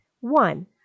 One